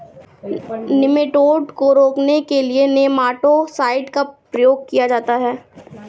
nematode को रोकने के लिए नेमाटो साइड का प्रयोग किया जाता है